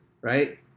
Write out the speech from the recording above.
right